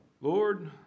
Lord